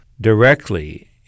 directly